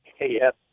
Yes